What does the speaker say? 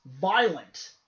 violent